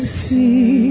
see